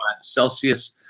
Celsius